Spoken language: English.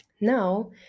Now